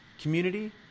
community